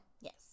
Yes